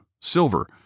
silver